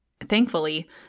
Thankfully